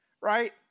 right